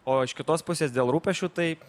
o iš kitos pusės dėl rūpesčių tai